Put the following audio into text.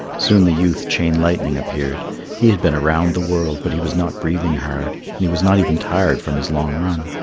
soon the youth, chain-lightning, appeared he had been around the world, but he was not breathing hard and he was not even tired from his long run.